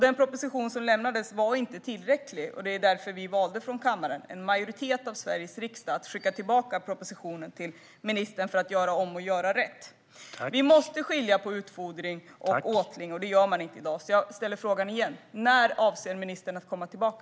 Den proposition som lämnades var inte tillräcklig, och därför valde en majoritet i Sveriges riksdag att skicka tillbaka den till ministern för att man skulle göra om och göra rätt. Vi måste skilja på utfodring och åtling, och det gör man inte i dag. Därför ställer jag frågan igen: När avser ministern att komma tillbaka?